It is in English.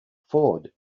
ford